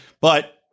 but-